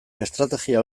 estrategia